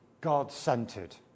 God-centered